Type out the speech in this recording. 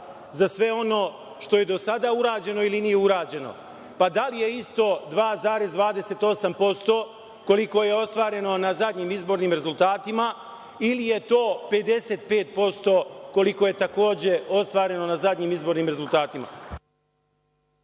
za sve ono što je do sada urađeno ili nije urađeno, pa da li je isto 2,28% koliko je ostvareno na zadnjim izbornim rezultatima ili je to 55% koliko je takođe ostvareno na zadnjim izbornim rezultatima.